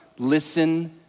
Listen